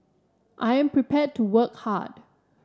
I am prepared to work hard